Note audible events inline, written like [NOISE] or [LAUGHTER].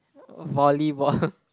volleyball [LAUGHS]